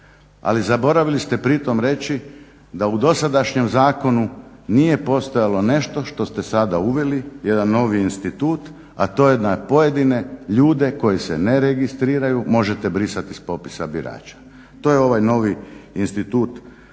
ali zaboravili ste pri tome reći da u dosadašnjem zakonu nije postojalo nešto što ste sada uveli, jedan novi institut, a to je na pojedine ljude koji se ne registriraju možete brisati sa popisa birača. To je ovaj novi institut